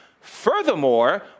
Furthermore